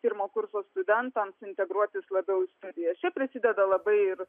pirmo kurso studentams integruotis labiau į studijas čia prisideda labai ir